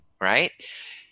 right